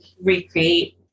recreate